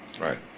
Right